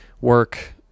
work